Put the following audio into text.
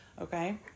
Okay